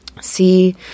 see